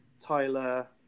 Tyler